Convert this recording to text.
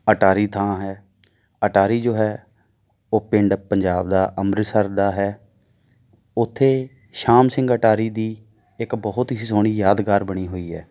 ਅਟਾਰੀ ਥਾਂ ਹੈ ਅਟਾਰੀ ਜੋ ਹੈ ਉਹ ਪਿੰਡ ਪੰਜਾਬ ਦਾ ਅੰਮ੍ਰਿਤਸਰ ਦਾ ਹੈ ਉੱਥੇ ਸ਼ਾਮ ਸਿੰਘ ਅਟਾਰੀ ਦੀ ਇੱਕ ਬਹੁਤ ਹੀ ਸੋਹਣੀ ਯਾਦਗਾਰ ਬਣੀ ਹੋਈ ਹੈ